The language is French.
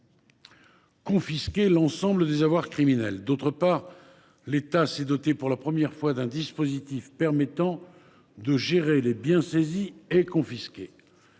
confisquer l’ensemble des avoirs criminels. D’autre part, l’État s’est doté, pour la première fois, d’un dispositif permettant de gérer les biens saisis et confisqués.